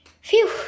Phew